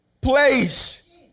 place